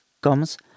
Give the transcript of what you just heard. comes